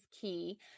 key